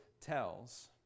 tells